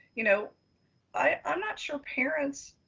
you know i'm not sure parents,